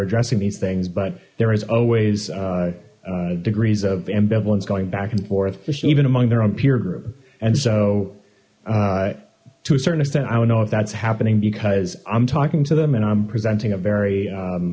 addressing these things but there is always degrees of ambivalence going back and forth even among their own peer group and so to a certain extent i don't know if that's happening because i'm talking to them and i'm presenting a